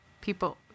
people